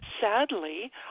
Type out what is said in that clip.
sadly